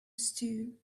stew